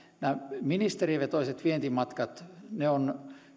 nämä ministerivetoiset vientimatkat ovat